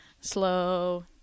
slow